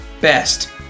best